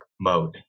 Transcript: mode